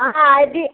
हाँ आज ही